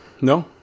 No